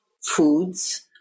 foods